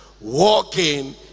Walking